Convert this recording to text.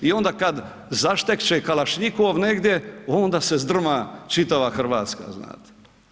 I onda kada zaštekće kalašnjikov negdje onda se zdrma čitava Hrvatska znate.